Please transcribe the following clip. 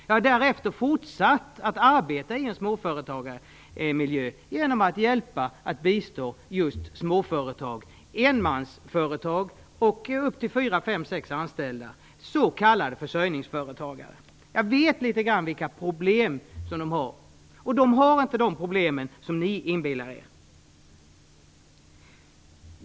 Jag har därefter fortsatt att arbeta i en småföretagarmiljö, nämligen med att hjälpa, bistå, just småföretag, enmansföretag och upp till företag med 4-6 anställda, s.k. försörjningsföretagare. Jag vet därför vilka problem de har. De har inte de problem son ni inbillar er.